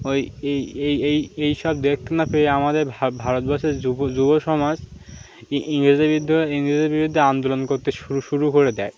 ওই এই এই এই এইসব দেখতে না পেয়ে আমাদের ভারত ভারতবর্ষের যুব যুবসমাজ ইংরেজদের বিদ্যু ইংরেজদের বিরুদ্ধে আন্দোলন করতে শুরু শুরু করে দেয়